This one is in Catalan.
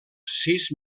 sis